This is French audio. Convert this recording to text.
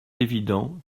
évident